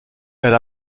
elle